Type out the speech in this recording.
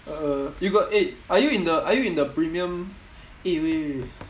uh you got eh are you in the are you in the premium eh wait wait wait